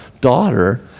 daughter